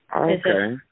Okay